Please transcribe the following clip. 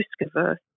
risk-averse